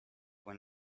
when